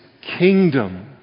kingdom